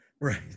Right